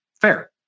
Fair